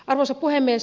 arvoisa puhemies